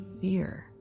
fear